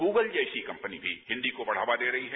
Google जैसी company भी हिंदी को बढ़ावा दे रही है